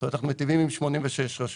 זאת אומרת אנחנו מיטיבים עם 86 רשויות,